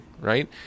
Right